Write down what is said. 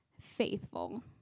faithful